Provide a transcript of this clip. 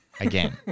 again